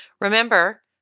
Remember